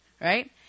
right